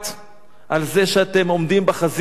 על זה שאתם עומדים בחזית של המלחמה